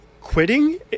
quitting